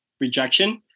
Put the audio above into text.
rejection